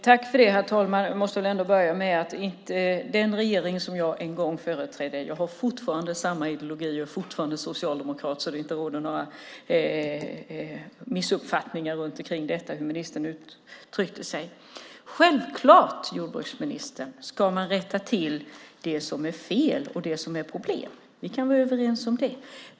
Herr talman! Låt mig säga följande apropå uttalandet om den regering jag en gång företrädde. Jag håller mig fortfarande till samma ideologi och jag är fortfarande socialdemokrat. Det ska inte råda några missuppfattningar om detta med tanke på hur ministern uttryckte sig. Självklart, jordbruksministern, ska man rätta till det som är fel och det som är ett problem. Vi kan vara överens om det.